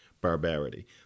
barbarity